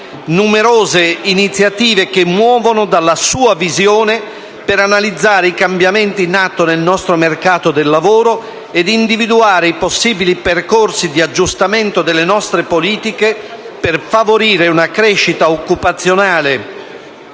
numerose iniziative che muovono dalla sua visione per analizzare i cambiamenti in atto nel nostro mercato del lavoro ed individuare i possibili percorsi di aggiustamento delle nostre politiche per favorire una crescita accompagnata